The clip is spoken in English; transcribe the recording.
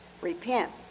Repent